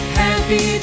happy